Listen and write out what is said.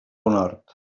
conhort